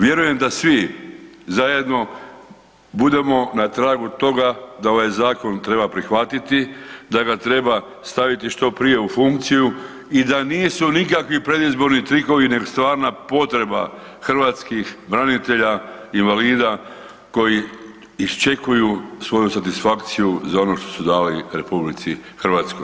Vjerujem da svi zajedno budemo na tragu toga da ovaj zakon treba prihvatiti, da ga treba staviti što prije u funkciju i da nisu nikakvi predizborni trikovi nego stvarna potreba hrvatskih branitelja, invalida koji iščekuju svoju satisfakciju za ono što su dali RH.